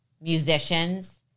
musicians